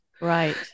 Right